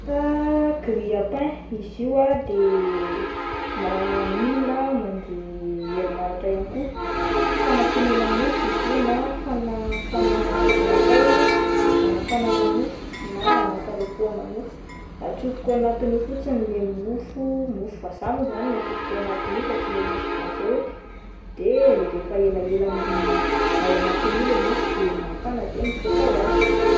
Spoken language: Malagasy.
Grille à pain, izy io ah de ma-milina mandeha herinaratra ihany koa, fanatonoana mofo izy na fana-fana natao anafanana mofo na anakarepohana mofo, atsofoka ao anati'io fotsiny ilay mofo, mofo vazaha moa izany no atsofoka ao anatin'io fa tsy ilay mofogasy ireny, de rehefa elaela ao anatin'io le mofo de mafana de mivoaka ho azy.